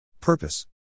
Purpose